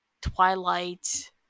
Twilight